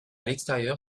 l’extérieur